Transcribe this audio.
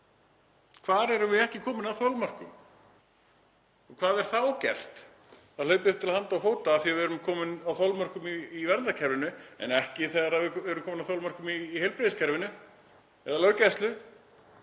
Hvar erum við ekki komin að þolmörkum? Og hvað er þá gert? Það er hlaupið upp til handa og fóta af því að við erum komin að þolmörkum í verndarkerfinu en ekki þegar við erum komin að þolmörkum í heilbrigðiskerfinu eða löggæslu.